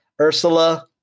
Ursula